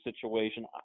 situation